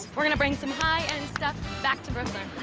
we're gonna bring some high-end stuff back to brooklyn.